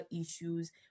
issues